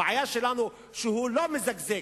הבעיה שלנו היא שהוא לא מזגזג.